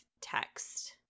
text